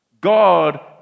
God